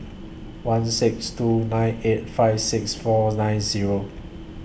one six two nine eight five six four nine Zero